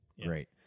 great